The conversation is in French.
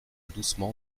doucement